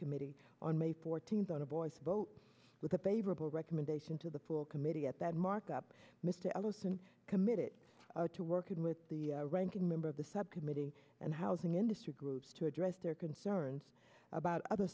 committee on may fourteenth on a voice vote with a paper ball recommendation to the full committee at that markup mr ellison committed to working with the ranking member of the subcommittee and housing industry groups to address their concerns about other